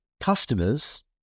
customers